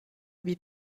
lui